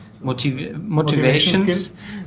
motivations